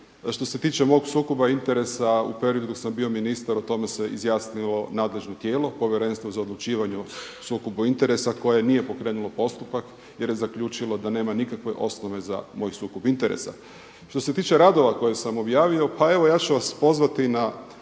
što se tiče mog sukoba interesa u periodu dok sam bio ministar o tome se izjasnilo nadležno tijelo, Povjerenstvo za odlučivanje o sukobu interesa koje nije pokrenulo postupak jer je zaključilo da nema nikakve osnove za moj sukob interesa. Što se tiče radova koje sam objavio, pa evo ja ću vas pozvati na